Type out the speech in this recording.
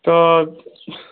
तो